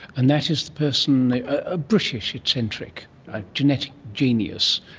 and that is the person, a british eccentric, a genetic genius,